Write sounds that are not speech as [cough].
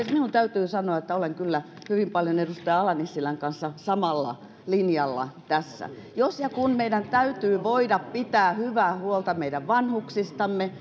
[unintelligible] minun täytyy sanoa että olen kyllä hyvin paljon edustaja ala nissilän kanssa samalla linjalla tässä jos ja kun meidän täytyy voida pitää hyvää huolta meidän vanhuksistamme [unintelligible]